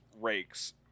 rakes